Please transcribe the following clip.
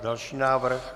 Další návrh.